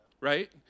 right